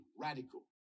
radical